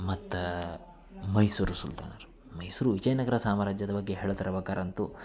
ಮತ್ತು ಮೈಸೂರು ಸುಲ್ತಾನರು ಮೈಸೂರು ವಿಜಯನಗರ ಸಾಮ್ರಾಜ್ಯದ ಬಗ್ಗೆ ಹೇಳ್ತಿರ್ಬೇಕಾದ್ರಂತೂ